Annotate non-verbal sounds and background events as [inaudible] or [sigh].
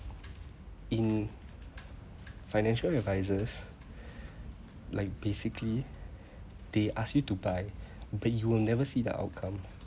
in financial advisors [breath] like basically they ask you to buy but you will never see the outcome